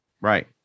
Right